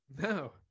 No